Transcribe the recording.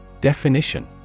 Definition